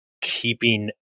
keeping